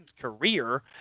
career